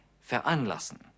veranlassen